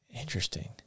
Interesting